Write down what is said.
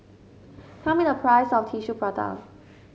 tell me the price of Tissue Prata